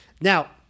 Now